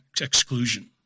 exclusion